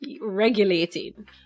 regulating